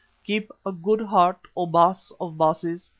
keep a good heart, o baas of baases.